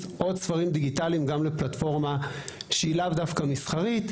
עוד ספרים דיגיטליים גם לפלטפורמה שהיא לאו דווקא מסחרית,